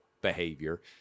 behavior